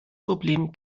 problem